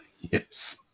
Yes